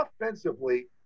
offensively